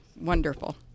wonderful